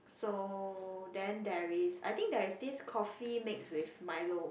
so then there is I think there is this coffee mixed with Milo